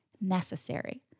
necessary